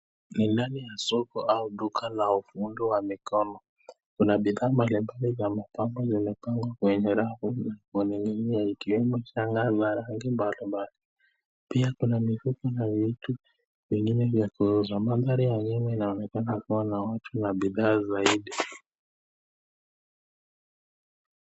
Ni ndani ya soko au duka la muundo wa mikono. Kuna bidhaa mbalimbali za mapambo zimepangwa kwenye rafu na kwa laini ikiwemo shanga za rangi mbalimbali. Pia kuna mifuko na vitu vingine vya kuaza. Mandhari ya nyuma inaonekana kuwa na watu na bidhaa zaidi.